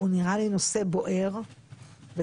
נראה לי נושא בוער וקריטי.